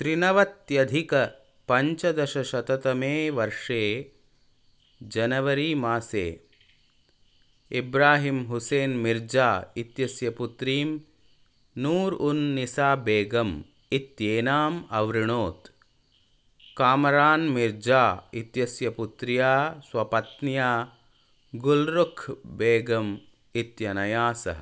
त्रिनवत्यधिकपञ्चदशशततमे वर्षे जनवरी मासे इब्राहिम् हुसेन् मिर्जा इत्यस्य पुत्रीं नूर् उन् निसा बेगम् इत्येनाम् आवृणोत् कामरान् मिर्जा इत्यस्य पुत्र्या स्वपत्न्या गुल्ऋख् बेगम् इत्यनया सह